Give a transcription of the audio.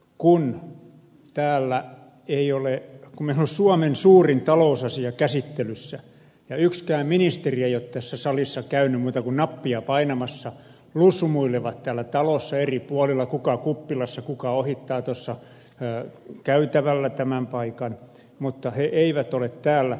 kun meillä on suomen suurin talousasia käsittelyssä yksikään ministeri ei ole tässä salissa käynyt kuin nappia painamassa lusmuilevat täällä talossa eri puolilla kuka kuppilassa kuka ohittaa tuossa käytävällä tämän paikan mutta he eivät ole täällä